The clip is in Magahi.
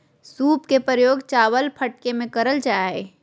सूप के प्रयोग चावल फटके में करल जा हइ